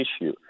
issue